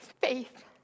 faith